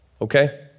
okay